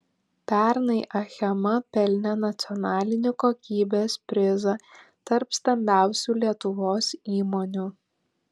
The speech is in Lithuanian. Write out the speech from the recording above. pernai achema pelnė nacionalinį kokybės prizą tarp stambiausių lietuvos įmonių